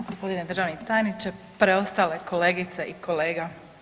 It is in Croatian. Gospodine državni tajniče, preostale kolegice i kolega.